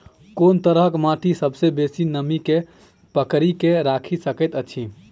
कोन तरहक माटि सबसँ बेसी नमी केँ पकड़ि केँ राखि सकैत अछि?